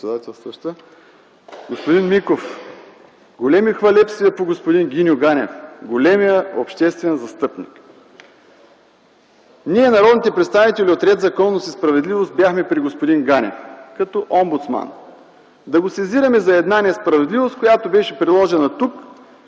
Господин Миков! Големи хвалебствия за господин Гиньо Ганев – големият обществен застъпник. Ние, народните представители от „Ред, законност и справедливост” бяхме при господин Ганев като омбудсман, да го сезираме за една несправедливост, приложена тук,